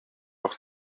doch